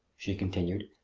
she continued.